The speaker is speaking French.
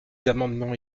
amendements